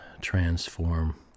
transform